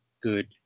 good